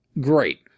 great